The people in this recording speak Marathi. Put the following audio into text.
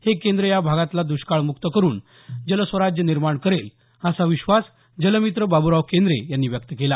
हे केंद्र या भागाला द्रष्काळमुक्त करून जलस्वराज्य निर्माण करेल असा विश्वास जलमित्र बाबूराव केंद्रे यांनी व्यक्त केला